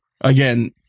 Again